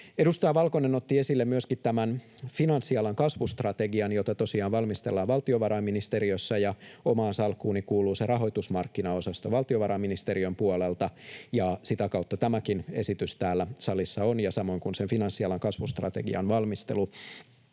Edustaja Valkonen otti esille myöskin finanssialan kasvustrategian, jota tosiaan valmistellaan valtiovarainministeriössä. Omaan salkkuuni kuuluu rahoitusmarkkinaosasto valtiovarainministeriön puolelta, ja sitä kautta tämäkin esitys täällä salissa on, samoin kuin finanssialan kasvustrategian valmistelu.